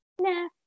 nah